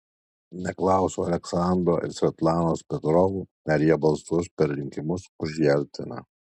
neklausiau aleksandro ir svetlanos petrovų ar jie balsuos per rinkimus už jelciną